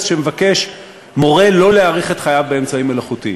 שמורה שלא להאריך את חייו באמצעים מלאכותיים.